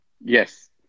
Yes